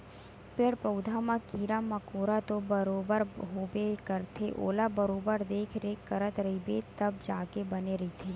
पेड़ पउधा म कीरा मकोरा तो बरोबर होबे करथे ओला बरोबर देखरेख करत रहिबे तब जाके बने रहिथे